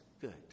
good